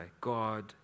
God